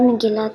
גם מגילת